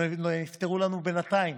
נפטרו לנו בינתיים,